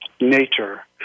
nature